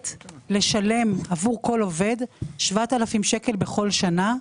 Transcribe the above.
לשלם עבור כל אחד מהם 7,000 שקל כל שנה.